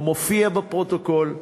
הוא מופיע בפרוטוקול.